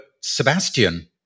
Sebastian